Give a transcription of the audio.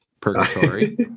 purgatory